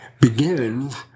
begins